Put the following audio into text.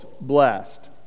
blessed